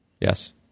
Yes